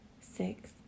six